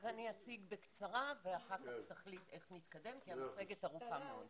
אז אני אציג בקצרה ואחר כך תחליט איך נתקדם כי המצגת ארוכה מאוד.